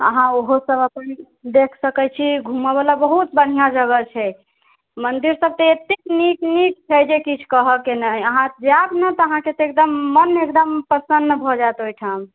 अहाँ ओहो सब अपन देख सकै छी घूमऽबला बहुत बढ़िया जगह छै मन्दिर सब तऽ एत्तेक नीक नीक छै जे किछु कहऽके नै अहाँ जायब ने तऽ अहाँके तऽ एकदम मन एकदम प्रसन्न भऽ जायत ओहिठाम